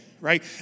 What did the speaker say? right